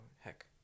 Heck